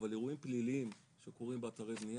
אבל אירועים פליליים שקורים באתרי בנייה,